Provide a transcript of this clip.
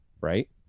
right